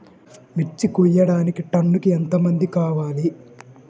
మిర్చి కోయడానికి టన్నుకి ఎంత మంది కావాలి?